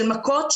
של מכות,